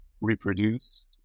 reproduced